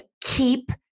Keep